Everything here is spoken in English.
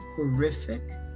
horrific